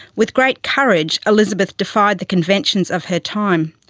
with great courage, elizabeth defied the conventions of her time,